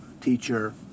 teacher